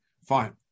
Fine